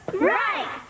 Right